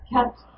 Kept